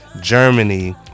Germany